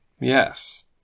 yes